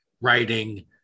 writing